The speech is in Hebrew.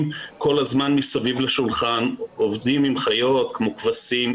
כל הזמן מסביב לשולחן אלא עובדים עם חיות כמו כבשים,